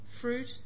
fruit